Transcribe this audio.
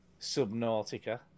Subnautica